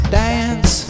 dance